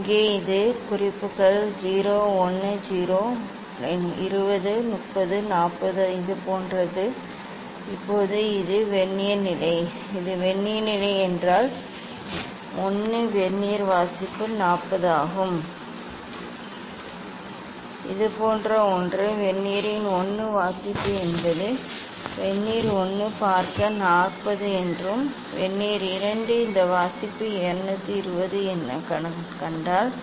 இங்கே இந்த குறிப்புகள் 0 10 20 30 40 இது போன்றது இப்போது இது வெர்னியர் நிலை இது வெர்னியர் நிலை என்றால் 1 வெர்னியர் வாசிப்பு 40 ஆகும் இது போன்ற ஒன்று வெர்னியரின் 1 வாசிப்பு என்பது வெர்னியர் 1 பார்க்க 40 என்றும் வெர்னியர் 2 இந்த வாசிப்பு 220 எனக் கண்டால்